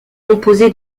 composé